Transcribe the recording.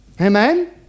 Amen